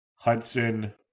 Hudson